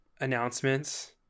announcements